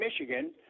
Michigan